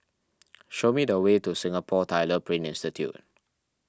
show me the way to Singapore Tyler Print Institute